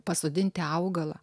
pasodinti augalą